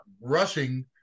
rushing